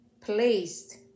placed